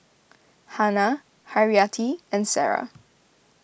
Hana Haryati and Sarah